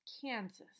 Kansas